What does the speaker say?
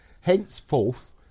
Henceforth